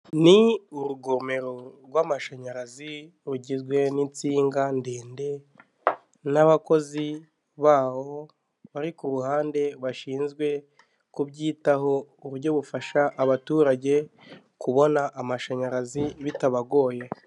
Ni urugomero rw'amashanyarazi rugizwe n'insinga ndende n'abakozi, bawo bari ku ruhande bashinzwe kubyitaho, ku buryo bufasha abaturage kubona amashanyarazi bitabagoye.